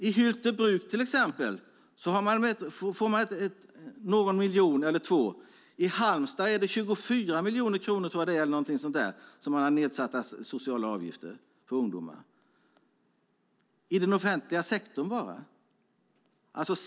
I Hyltebruk får man någon miljon eller två. I Halmstad tror jag att man har nedsatta sociala avgifter för ungdomar på 24 miljoner kronor bara i den offentliga sektorn.